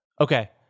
Okay